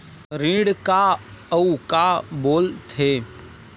ऋण का अउ का बोल थे?